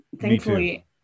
Thankfully